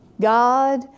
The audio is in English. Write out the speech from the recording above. God